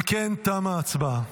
אם כן, תמה ההצבעה.